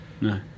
No